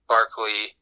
Barkley